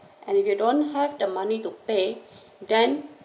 and if you don't have the money to pay then